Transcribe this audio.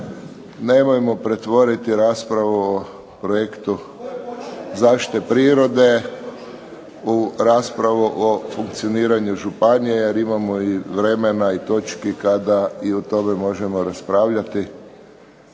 nemojmo pretvoriti raspravu o projektu zaštite prirode u raspravu o funkcioniranju županije jer imamo i vremena i točki kada i o tome možemo raspravljati.